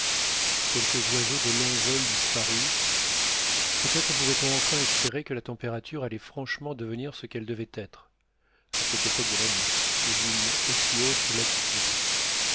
quelques oiseaux de long vol disparurent peutêtre pouvait-on enfin espérer que la température allait franchement devenir ce qu'elle devait être à cette époque de l'année sous une aussi haute latitude